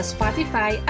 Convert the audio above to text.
Spotify